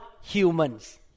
humans